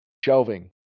shelving